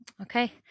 okay